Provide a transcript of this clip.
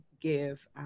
give